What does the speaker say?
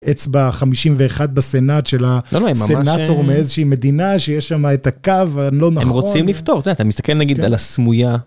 אצבע חמישים ואחת בסנאט של הסנאטור מאיזושהי מדינה שיש שם את הקו הלא נכון. הם רוצים לפתור, אתה יודע, אתה מסתכל נגיד על הסמויה.